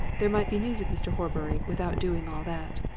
there might be news of mr. horbury without doing all that.